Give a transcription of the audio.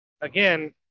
again